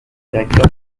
directeur